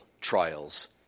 trials